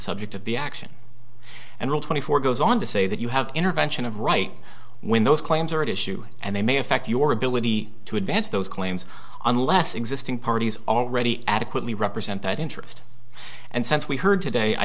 subject of the action and rule twenty four goes on to say that you have intervention of right when those claims are at issue and they may affect your ability to advance those claims unless existing parties already adequately represent that interest and since we heard today i